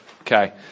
Okay